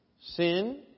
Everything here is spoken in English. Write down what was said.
Sin